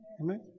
Amen